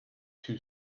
too